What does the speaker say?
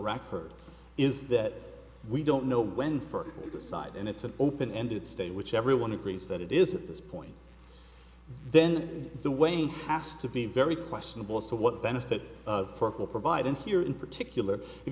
record is that we don't know when for side and it's an open ended state which everyone agrees that it is at this point then the weighing has to be very questionable as to what benefit of work will provide and here in particular if